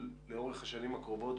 לאורך השנים הקרובות,